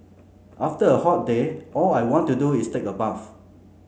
after a hot day all I want to do is take a bath